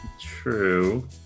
True